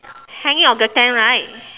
hanging on the tank right